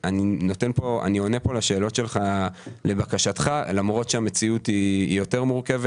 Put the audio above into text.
אני מעריך שגם אם זה לא היה מגיע לוועדה התיק